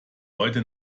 heute